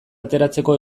ateratzeko